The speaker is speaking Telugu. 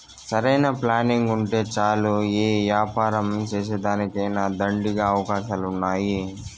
సరైన ప్లానింగుంటే చాలు యే యాపారం సేసేదానికైనా దండిగా అవకాశాలున్నాయి